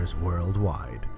worldwide